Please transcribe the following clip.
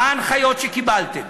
מה ההנחיות שקיבלתם.